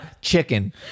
chicken